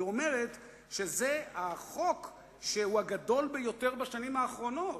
היא אומרת שזה החוק הגדול ביותר בשנים האחרונות,